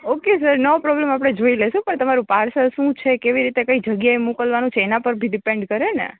okay sir no problem આપણે જોઈ લેશું પણ તમારું પાર્સલ શું છે કેવી રીતે કઈ જગ્યાએ મોકલવાનું છે એના પરથી ડીપેન્ડ કરેને